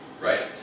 right